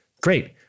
Great